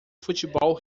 futebol